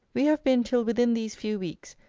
we have been till within these few weeks,